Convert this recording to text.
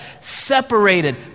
separated